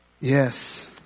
Yes